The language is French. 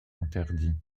interdit